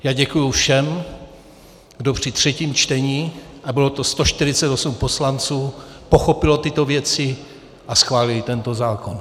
Já děkuji všem, kdo při třetím čtení a bylo to 148 poslanců pochopili tyto věci a schválili tento zákon.